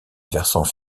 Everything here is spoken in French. versant